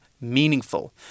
meaningful